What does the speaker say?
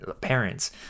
Parents